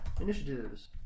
initiatives